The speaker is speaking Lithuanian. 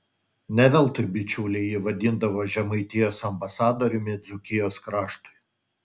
ne veltui bičiuliai jį vadindavo žemaitijos ambasadoriumi dzūkijos kraštui